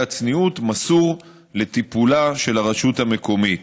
הצניעות" מסור לטיפולה של הרשות המקומית,